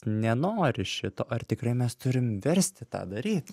nenori šito ar tikrai mes turim versti tą daryt